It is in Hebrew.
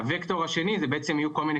והווקטור השני זה בעצם יהיו כל מיני